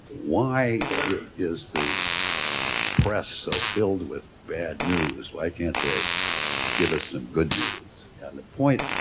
why is the press so filled with bad news, why can't they give us some good news? and the point,